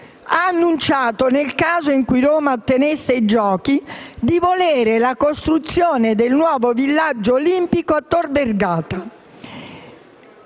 ha annunciato, nel caso in cui Roma ottenesse i giochi, di volere la costruzione del nuovo villaggio olimpico a Tor Vergata: